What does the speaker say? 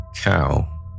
cow